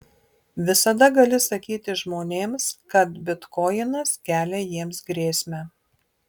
visada gali sakyti žmonėms kad bitkoinas kelia jiems grėsmę